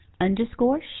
underscore